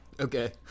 Okay